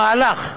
המהלך,